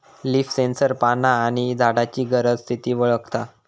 leaf sensor पाना आणि झाडांची गरज, स्थिती वळखता